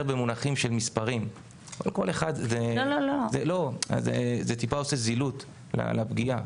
במונחים של מספרים וזה קצת עושה זילות לפגיעה.